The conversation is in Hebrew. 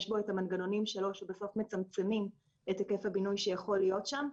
יש בו את המנגנונים שלו שבסוף מצמצמים את היקף הבינוי שיכול להיות שם,